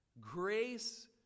Grace